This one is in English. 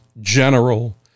general